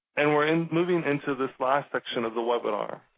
and we are and moving into this last section of the webinar.